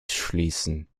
schließen